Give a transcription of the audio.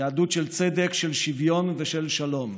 יהדות של צדק, של שוויון ושל שלום,